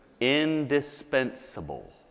Indispensable